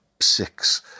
six